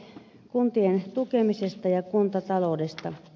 kuntien tukemisesta ja kuntataloudesta